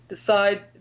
decide